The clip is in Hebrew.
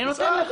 אני נותן לך.